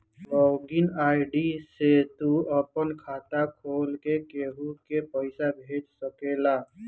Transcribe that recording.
log in ID से तू आपन खाता खोल के केहू के पईसा भेज सकेला